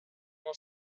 will